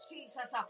Jesus